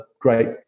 great